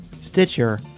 Stitcher